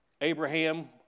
Abraham